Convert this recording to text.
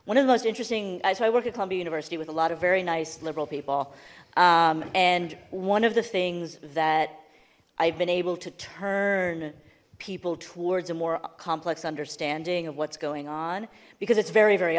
one of the most interesting so i worked at columbia university with a lot of very nice liberal people and one of the things that i've been able to turn people towards a more complex understanding of what's going on because it's very very